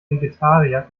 vegetarier